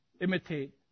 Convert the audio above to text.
Imitate